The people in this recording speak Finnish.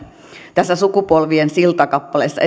tässä sukupolvien silta kappaleessa